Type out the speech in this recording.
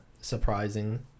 surprising